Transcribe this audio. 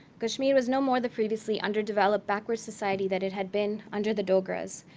kashmir was no more the previously underdeveloped, backward society that it had been under the dogras.